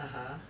(uh huh)